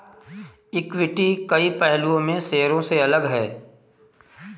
equity कई पहलुओं में शेयरों से अलग है